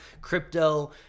crypto